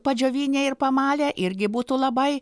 padžiovinę ir pamalę irgi būtų labai